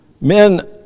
men